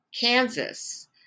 Kansas